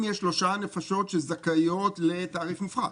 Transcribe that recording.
יש לך שלושה נפשות שזכאיות לתעריף מופחת.